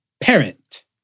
Parent